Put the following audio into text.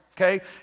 okay